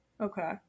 Okay